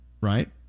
Right